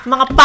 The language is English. Mga